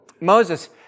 Moses